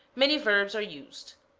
many verbs are used.